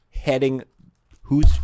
heading—who's